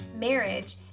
marriage